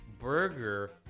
Burger